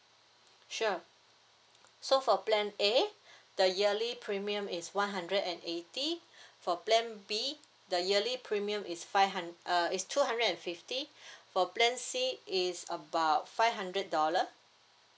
sure so for plan a the yearly premium is one hundred and eighty for plan b the yearly premium is five hun~ uh is two hundred and fifty for plan c is about five hundred dollar